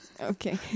Okay